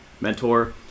mentor